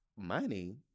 Money